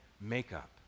makeup